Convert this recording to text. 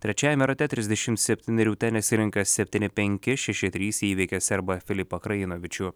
trečiajame rate trisdešimt septynerių tenisininkas septyni penki šeši trys įveikė serbą filipą krajinavičių